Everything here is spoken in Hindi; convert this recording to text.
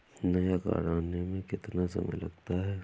नया कार्ड आने में कितना समय लगता है?